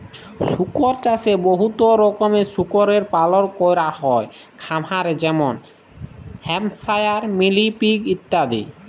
শুকর চাষে বহুত রকমের শুকরের পালল ক্যরা হ্যয় খামারে যেমল হ্যাম্পশায়ার, মিলি পিগ ইত্যাদি